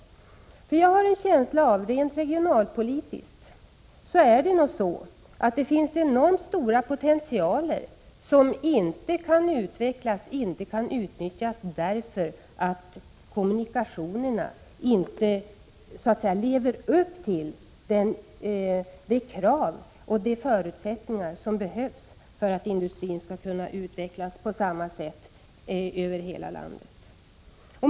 Jag har nämligen en känsla av att det rent regionalpolitiskt finns enormt stora potentialer som inte kan utvecklas och inte kan utnyttjas, därför att kommunikationerna inte uppfyller de förutsättningar som krävs för att industrin skall kunna utvecklas på samma sätt över hela landet.